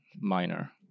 minor